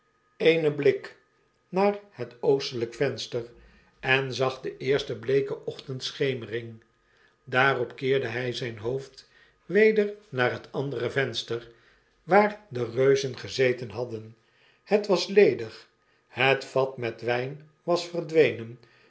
eenen blik naar het oostelgk venster en zag de eerste bleeke ochtendschemering daarop keerde hy zjjn hoofd weder naar het andere venster waar de reuzen gezeten hadden het was ledig het vat met wjjn was verdwenen